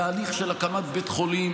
התהליך של הקמת בית חולים,